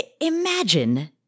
Imagine